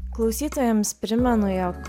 klausytojams primenu jog